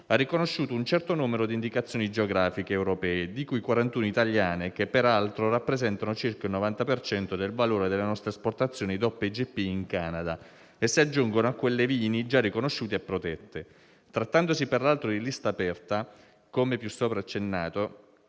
ha riconosciuto un certo numero di indicazioni geografiche europee, di cui 41 italiane che, peraltro, rappresentano circa il 90 per cento del valore delle nostre esportazioni DOP e IGP in Canada e si aggiungono a quelle dei vini, già riconosciute e protette. Trattandosi peraltro di lista aperta, come più sopra accennato,